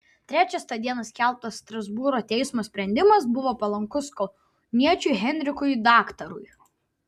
trečias tą dieną skelbtas strasbūro teismo sprendimas buvo palankus kauniečiui henrikui daktarui